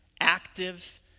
active